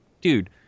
dude